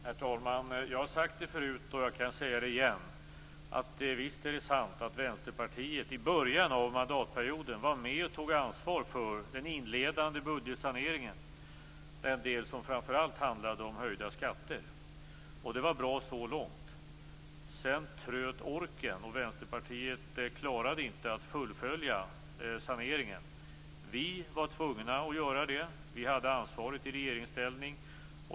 Herr talman! Jag har sagt det förut och kan säga det igen, att visst är det sant att Vänsterpartiet i början av mandatperioden var med och tog ansvar för den inledande budgetsaneringen, den del som framför allt handlade om höjda skatter. Det var bra så långt, men sedan tröt orken, och Vänsterpartiet klarade inte att fullfölja saneringen. Vi var tvungna att göra det, eftersom vi hade ansvaret i regeringsställning.